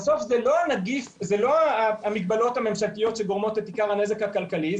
בסוף זה לא המגבלות הממשלתיות שגורמות את עיקר הנזק הכלכלי,